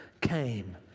came